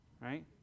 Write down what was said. right